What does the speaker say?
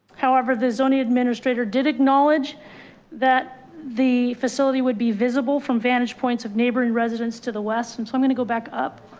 however, the zoning administrator did acknowledge that the facility would be visible from vantage points of neighboring residents to the west. and so i'm going to go back up.